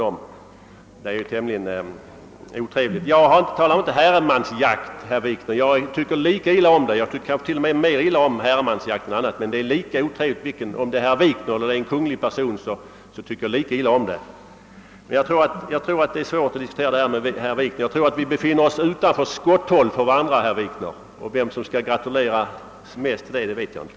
Det är en mycket otrevlig företeelse. Jag vill inte ha någon herremansjakt, herr Wikner. Jag tycker kanske t.o.m. mera illa om herremansjakten, men det berör mig lika illa om det är herr Wikner som om det är en kunglig person som bedriver jakten. Jag tror emellertid att det är svårt att diskutera denna fråga med herr Wikner. Vi befinner oss utom skotthåll för varandra — vem som skall lyckönskas mest till detta vet jag inte.